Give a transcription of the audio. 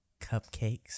cupcakes